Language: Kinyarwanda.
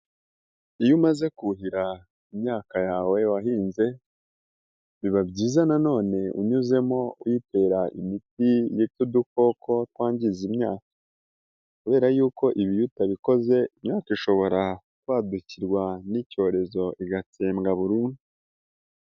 Iyo umaze kuhira imyaka yawe wahinze, biba byiza nanone unyuzemo uyitera imiti yica utudukoko twangiza imyaka, kubera y'uko ibi iyo utabikoze imyaka ishobora kwadukirwa n'icyorezo igatsembwa burundu.